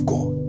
God